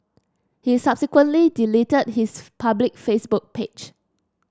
he subsequently deleted his public Facebook page